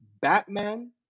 Batman